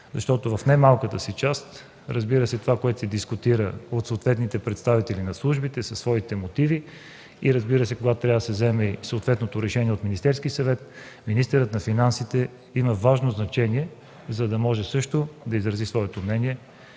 закон. В не малка част това, което се дискутира от съответните представители на службите със своите мотиви, разбира се, когато трябва да се вземе и съответното решение от Министерския съвет, министърът на финансите има важно значение, за да може също да изрази своето мнение